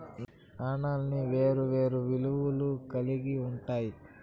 నాణాలన్నీ వేరే వేరే విలువలు కల్గి ఉంటాయి